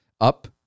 up